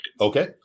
Okay